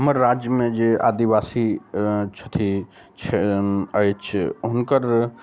हमर राज्यमे जे आदिवासी छथि अइछ हुनकर